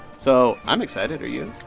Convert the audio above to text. so i'm excited. are you?